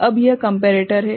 अब यह कम्पेरेटर है